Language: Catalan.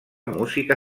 música